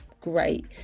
great